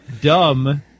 Dumb